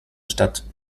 statt